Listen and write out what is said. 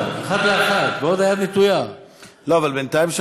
אבל יש גם פעולות, אני מונה אותן.